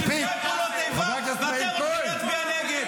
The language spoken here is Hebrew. נפגעי פעולות איבה ----- מספיק.